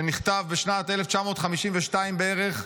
שנכתב בשנת 1952 בערך,